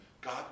God